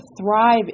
thrive